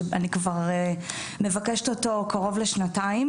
שאני מבקשת אותו כבר קרוב לשנתיים.